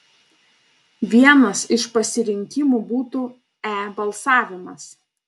vienas iš pasirinkimų būtų e balsavimas